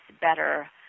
better